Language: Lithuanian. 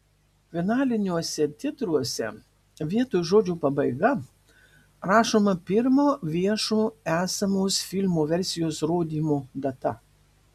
finaliniuose titruose vietoj žodžio pabaiga rašoma pirmo viešo esamos filmo versijos rodymo data